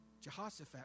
Jehoshaphat